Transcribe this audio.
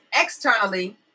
externally